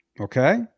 Okay